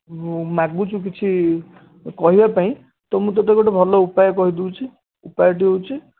ମାଗୁଛୁ କିଛି କହିବା ପାଇଁ ତ ମୁଁ ତୋତେ ଗୋଟେ ଭଲ ଉପାୟ କହିଦେଉଛି ଉପାୟଟି ହେଉଛି